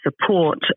support